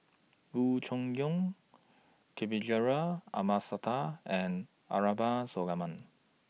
Loo Choon Yong Kavignareru Amallathasan and Abraham Solomon